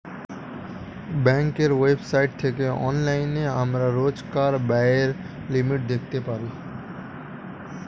ব্যাঙ্কের ওয়েবসাইট থেকে অনলাইনে আমরা রোজকার ব্যায়ের লিমিট দেখতে পারি